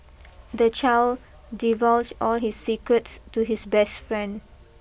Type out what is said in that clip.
the child divulged all his secrets to his best friend